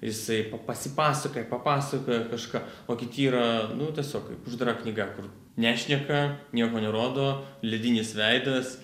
jisai pasipasakoja papasakoja kažką o kiti yra nu tiesiog kaip uždara knyga kur nešneka nieko nerodo ledinis veidas